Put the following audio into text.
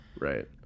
Right